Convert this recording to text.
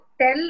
tell